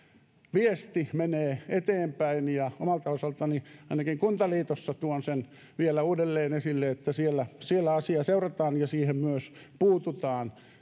viesti menee eteenpäin ja omalta osaltani ainakin kuntaliitossa tuon sen vielä uudelleen esille että siellä siellä asiaa seurataan ja siihen myös puututaan